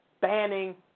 banning